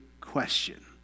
question